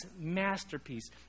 masterpiece